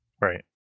Right